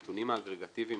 הנתונים האגרגטיביים,